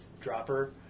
dropper